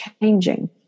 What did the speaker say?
changing